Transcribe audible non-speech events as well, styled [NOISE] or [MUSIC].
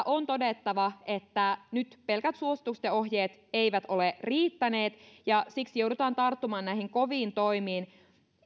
[UNINTELLIGIBLE] on todettava että nyt pelkät suositukset ja ohjeet eivät ole riittäneet ja siksi joudutaan tarttumaan näihin koviin toimiin